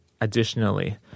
additionally